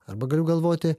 arba galiu galvoti